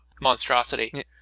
monstrosity